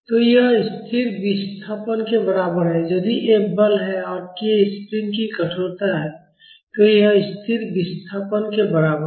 तो यह स्थिर विस्थापन के बराबर है यदि F बल है और k स्प्रिंग की कठोरता है तो यह स्थिर विस्थापन के बराबर है